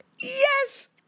yes